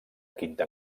quinta